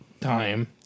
time